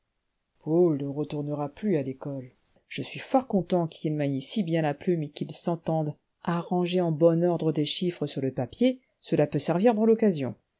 paul ne retournera plus à l'école je suis fort content qu'il manie si bien la plume et qu'il s'entende arrangé en bon ordre des chiffres sur le papier cela peut servir dans l'occasion